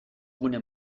gune